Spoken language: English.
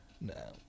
No